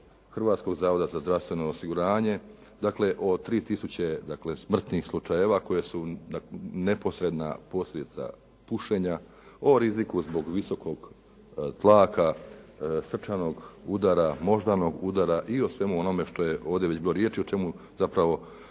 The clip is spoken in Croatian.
Hrvatskog zavoda za zdravstveno osiguranje, dakle o 3 tisuće smrtnih slučajeva koje su dakle neposredna posljedica pušenja, o riziku zbog visokog tlaka, srčanog udara, moždanog udara i o svemu onome što je ovdje već bilo riječi o čemu zapravo